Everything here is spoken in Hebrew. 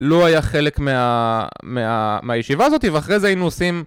לא היה חלק מהישיבה הזאת ואחרי זה היינו עושים